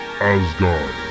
Asgard